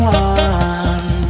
one